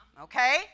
Okay